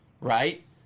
right